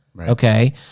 Okay